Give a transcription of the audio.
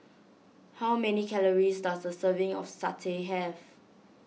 how many calories does a serving of Satay have